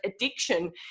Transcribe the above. addiction